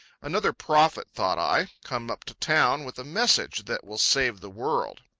another prophet, thought i, come up to town with a message that will save the world.